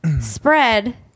spread